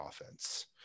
offense